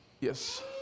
yes